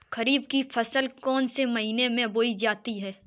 खरीफ की फसल कौन से महीने में बोई जाती है?